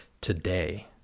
Today